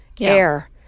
air